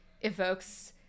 evokes